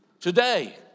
Today